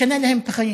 משנה להן את החיים,